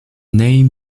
name